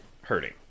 hurting